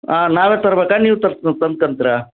ಹಾಂ ನಾವೇ ತರ್ಬೇಕಾ ನೀವು ತರ್ಸಿ ತಂದ್ಕಂತಿರ